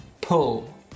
pull